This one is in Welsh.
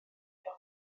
efo